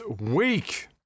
week